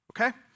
okay